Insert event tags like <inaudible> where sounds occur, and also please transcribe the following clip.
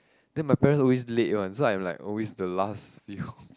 then my parents always late one so I'm like always the last few <breath>